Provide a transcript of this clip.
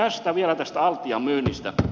vielä tästä altian myynnistä